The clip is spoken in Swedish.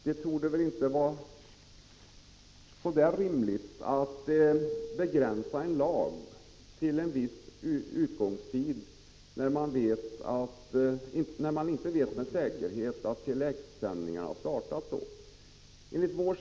| Det torde inte vara rimligt att tidsbegränsa den här lagen, när man inte med säkerhet vet att Tele-X-sändningarna har startat vid den tidpunkt då lagen föreslås upphöra att gälla.